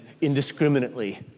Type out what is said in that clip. indiscriminately